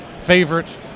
favorite